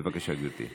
בבקשה, גברתי.